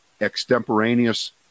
extemporaneous